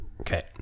Okay